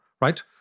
right